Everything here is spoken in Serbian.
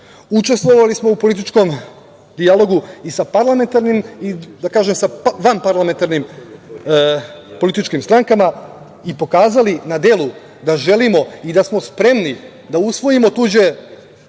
Učestvovali smo u političkom dijalogu i sa parlamentarnim i, da kažem, sa vanparlamentarnim političkim strankama i pokazali na delu da želimo i da smo spremni da usvojimo tuđe